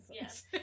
Yes